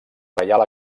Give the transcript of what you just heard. reial